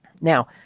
Now